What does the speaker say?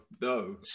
no